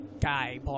guy